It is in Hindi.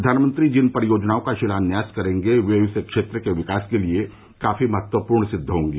प्रधानमंत्री जिन परियोजनाओं का शिलान्यास करेंगे वे इस क्षेत्र के विकास के लिए काफी महत्वपूर्ण सिद्ध होंगी